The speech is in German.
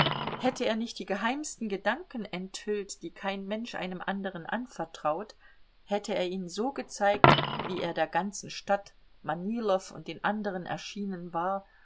hätte er nicht die geheimsten gedanken enthüllt die kein mensch einem anderen anvertraut hätte er ihn so gezeigt wie er der ganzen stadt manilow und den anderen erschienen war